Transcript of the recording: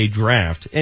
draft